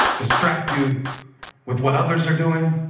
distract you with what others are doing.